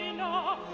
know,